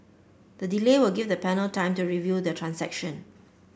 the delay will give the panel time to review the transaction